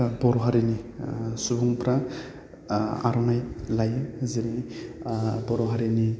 बर' हारिनि सुबुंफ्रा आर'नाइ लायो जेरै बर' हारिनि